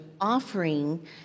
offering